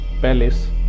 Palace